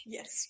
Yes